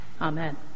Amen